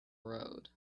road